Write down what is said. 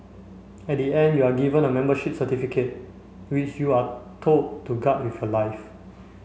at the end you are given a membership certificate which you are told to guard with your life